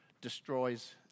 destroys